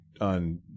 on